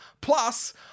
Plus